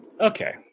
Okay